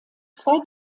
zwei